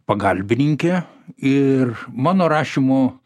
pagalbininke ir mano rašymo